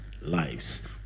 lives